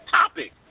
topic